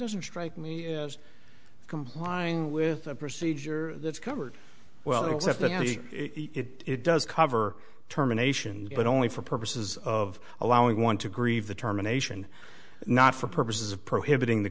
doesn't strike me as complying with a procedure that's covered well certainly it does cover terminations but only for purposes of allowing one to grieve the terminations not for purposes of prohibiting the